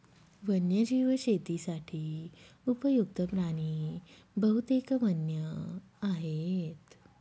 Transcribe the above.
वन्यजीव शेतीसाठी उपयुक्त्त प्राणी बहुतेक वन्य आहेत